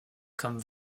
comme